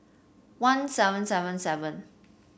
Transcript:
one seven seven seven